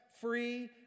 free